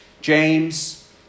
James